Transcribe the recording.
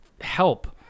help